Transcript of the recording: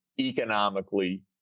economically